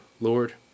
Lord